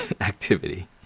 activity